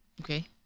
Okay